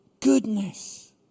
goodness